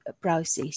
process